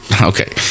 okay